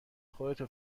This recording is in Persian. خودتو